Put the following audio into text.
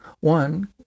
One